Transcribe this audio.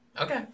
Okay